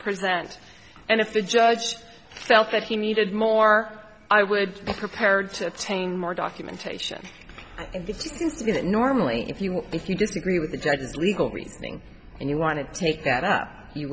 present and if the judge felt that he needed more i would be prepared to attain more documentation normally if you will if you disagree with the judge's legal reasoning and you want to take that up